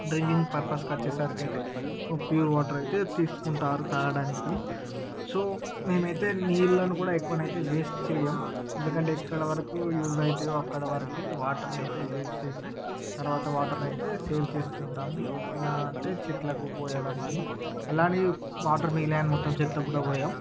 drinking purpose కి వచ్చేసరికైతే pure water అయితే తీసుకుంటారు తాగడానికి సో మేమైతే నీళ్లను కూడా ఎక్కవనైతే వేస్ట్ చెయ్యం ఎందుకంటే ఎక్కడ వరకు యూస్ అయితాయో అక్కడ వరకే వాటర్ నైతే యూస్ చేసి తర్వాత వాటర్ నైతే సేవ్ చేస్తూ ఉంటాము ఎలా అంటే చెట్లకు పోయడం అని అలాని వాటర్ మిగిలాయని మొత్తం చెట్లక్కూడా పొయ్యం